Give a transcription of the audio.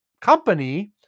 company